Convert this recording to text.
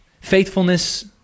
faithfulness